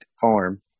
farm